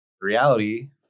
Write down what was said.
reality